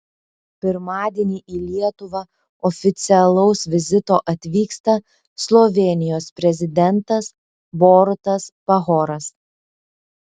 pirmadienį į lietuvą oficialaus vizito atvyksta slovėnijos prezidentas borutas pahoras